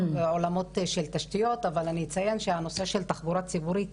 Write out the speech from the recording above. זה עולמות של תשתיות אבל אני אציין שהנושא של תחבורה ציבורית